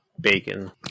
bacon